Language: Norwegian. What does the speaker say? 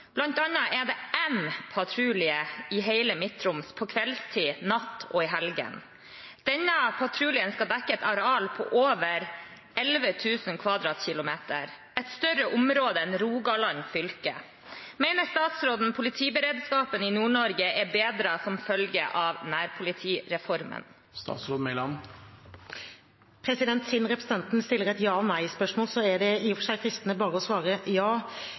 er det én patrulje i Midt-Troms på kveldstid, natt og i helgene. Denne skal dekke et areal på over 11 000 kvadratkilometer – et større område enn Rogaland fylke. Mener statsråden politiberedskapen i Nord-Norge er bedret som følge av nærpolitireformen?» Siden representanten stiller et ja/nei-spørsmål, er det i og for seg fristende å bare svare ja,